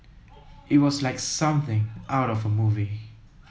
it was like something out of a movie